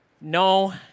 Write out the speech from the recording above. No